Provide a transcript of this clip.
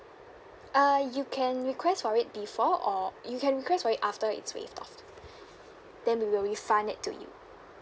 uh you can request for it before or you can request for it after it's waived off then we will refund it to you